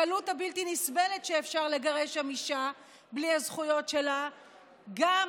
הקלות הבלתי-נסבלת שאפשר לגרש שם אישה בלי הזכויות שלה לא